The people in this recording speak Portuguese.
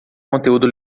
conteúdo